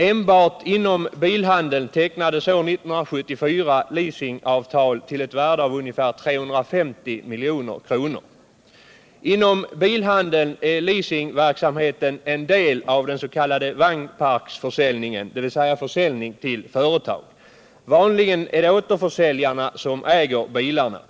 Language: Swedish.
Enbart inom bilhandeln tecknades år 1974 leasingavtal till ett värde av ungefär 350 milj.kr. Inom bilhandeln är leasingverksamheten en del av den s.k. vagnparksförsäljningen — dvs. försäljning till företag. Vanligen är det återförsäljarna som äger bilarna.